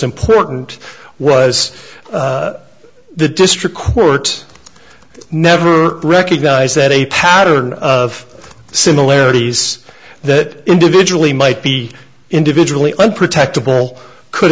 important was the district court never recognized that a pattern of similarities that individually might be individually unprotected ball could